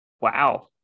Wow